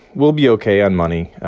we'll be ok on money.